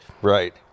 right